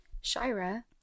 Shira